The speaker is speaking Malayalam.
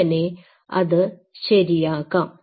ഇങ്ങനെ അത് ശരിയാക്കാം